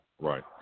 Right